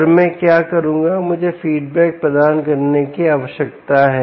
और मैं क्या करूंगा मुझे फीडबैक प्रदान करने की आवश्यकता है